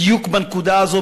בדיוק בנקודה הזאת,